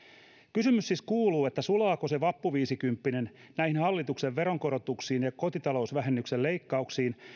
kysymys siis kuuluu sulaako se vappuviisikymppinen näihin hallituksen veronkorotuksiin ja ja kotitalousvähennyksen leikkauksiin